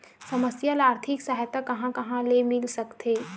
समस्या ल आर्थिक सहायता कहां कहा ले मिल सकथे?